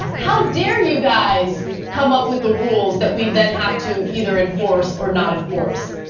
how dare you guys come up with the rules that we then have to either enforce or not enforce?